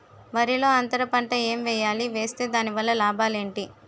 వరిలో అంతర పంట ఎం వేయాలి? వేస్తే దాని వల్ల లాభాలు ఏంటి?